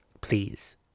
Please